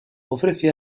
ofrece